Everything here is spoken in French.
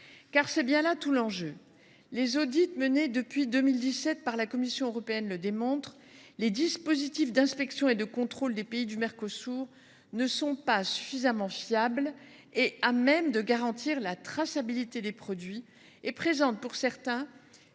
Car c’est bien là tout l’enjeu. Les audits menés depuis 2017 par la Commission européenne le démontrent, les dispositifs d’inspection et de contrôle des pays du Mercosur ne sont pas suffisamment fiables et à même de garantir la traçabilité des produits, et certains